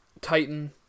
Titan